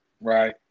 right